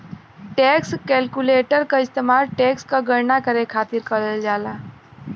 tax calculator क इस्तेमाल tax क गणना करे खातिर करल जाला